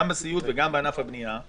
גם בסיעוד וגם בענף הבנייה.